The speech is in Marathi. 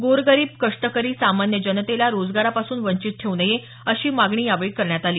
गोरगरीब कष्टकरी सामान्य जनतेला रोजगारापासून वंचित ठेवू नये अशी मागणी यावेळी करण्यात आली